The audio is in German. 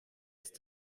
ist